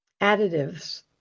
additives